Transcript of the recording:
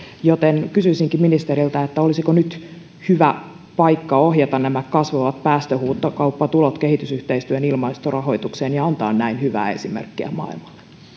joten kysyisinkin ministeriltä olisiko nyt hyvä paikka ohjata nämä kasvavat päästöhuutokauppatulot kehitysyhteistyön ilmastorahoitukseen ja antaa näin hyvää esimerkkiä maailmalle